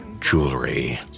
jewelry